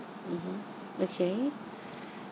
mmhmm okay